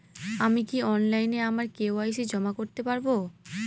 আমি কি অনলাইন আমার কে.ওয়াই.সি জমা করতে পারব?